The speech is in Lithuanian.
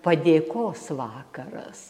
padėkos vakaras